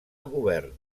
govern